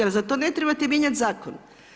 Ali za to ne trebate mijenjati zakon.